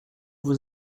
vous